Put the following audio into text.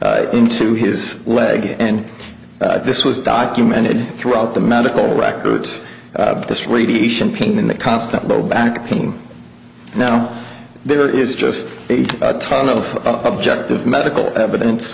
radiating into his leg and this was documented throughout the medical records this radiation pain in the constant low back pain now there is just a ton of objective medical evidence